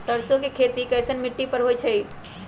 सरसों के खेती कैसन मिट्टी पर होई छाई?